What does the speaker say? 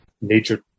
nature